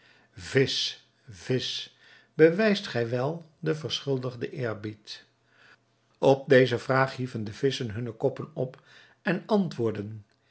visch visch bewijst gij wel den verschuldigden eerbied op deze vraag hieven de visschen hunne koppen op en antwoordden